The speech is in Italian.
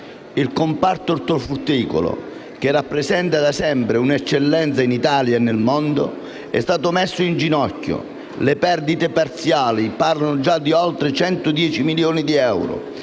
Il comparto ortofrutticolo, che rappresenta da sempre un'eccellenza in Italia e nel mondo, è stato messo in ginocchio. Le perdite parziali parlano già di oltre 110 milioni di euro,